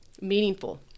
meaningful